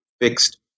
fixed